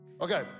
Okay